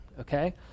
okay